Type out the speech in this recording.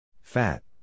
Fat